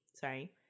sorry